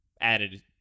added